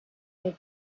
had